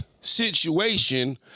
situation